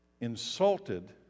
insulted